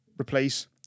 replace